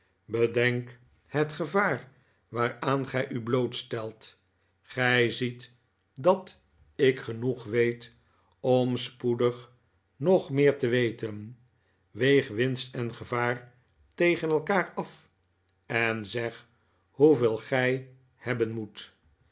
bedenk het gevaar waaraan gij u blootstelt gij ziet dat ik genoeg weet om spoedig nog meer te weten weeg winst en gevaar tegen elkaar af en zeg hoeveel gij hebben moet